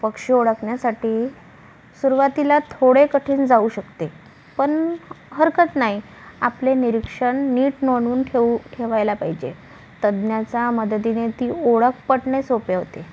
पक्षी ओळखण्यासाठी सुरूवातीला थोडे कठीण जाऊ शकते पण हरकत नाही आपले निरीक्षण नीट नोंदवून ठेवू ठेवायला पाहिजे तज्ज्ञाचा मदतीने ती ओळख पटणे सोपे होते